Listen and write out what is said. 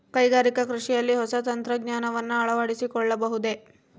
ಕೈಗಾರಿಕಾ ಕೃಷಿಯಲ್ಲಿ ಹೊಸ ತಂತ್ರಜ್ಞಾನವನ್ನ ಅಳವಡಿಸಿಕೊಳ್ಳಬಹುದೇ?